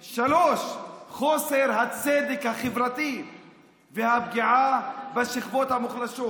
3. חוסר הצדק החברתי והפגיעה בשכבות המוחלשות.